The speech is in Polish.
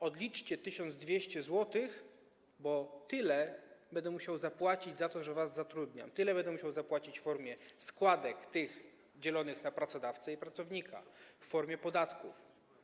Odliczcie 1200 zł, bo tyle będę musiał zapłacić za to, że was zatrudniam, tyle będę musiał zapłacić w formie składek płaconych przez pracodawcę i pracownika, w formie podatków.